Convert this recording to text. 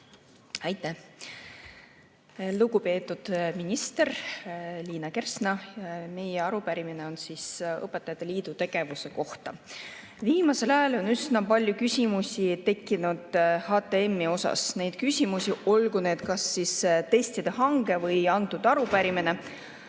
Aitäh! Lugupeetud minister Liina Kersna! Meie arupärimine on Eesti Õpetajate Liidu tegevuse kohta. Viimasel ajal on üsna palju küsimusi tekkinud HTM‑i kohta. Neid küsimusi, olgu nad kas testide hanke kohta või antud arupärimise